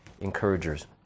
encouragers